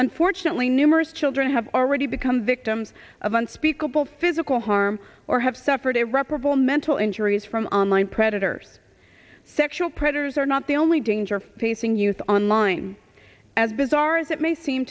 unfortunately numerous children have already become victims of unspeakable physical harm or have suffered irreparable mental injuries from online predators sexual predators are not the only danger facing youth online as bizarre as it may seem